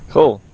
Cool